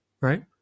right